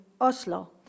Oslo